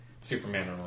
Superman